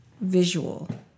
visual